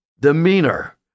demeanor